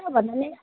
कहाँ भन्नाले